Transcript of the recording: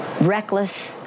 reckless